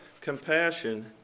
compassion